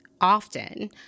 often